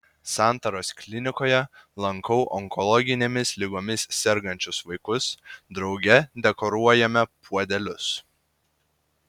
santaros klinikoje lankau onkologinėmis ligomis sergančius vaikus drauge dekoruojame puodelius